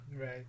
Right